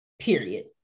period